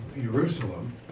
Jerusalem